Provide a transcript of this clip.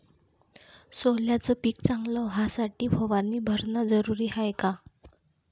सोल्याचं पिक चांगलं व्हासाठी फवारणी भरनं जरुरी हाये का?